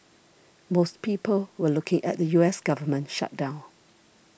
most people were looking at the U S government shutdown